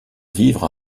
vivre